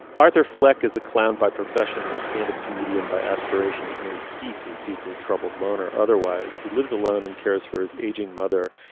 arthur fleck is a clown by profession a standup comedian by aspiration and a deeply deeply troubled loner. otherwise he lives alone and cares for his aging mother.